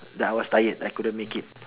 that I was tired I couldn't make it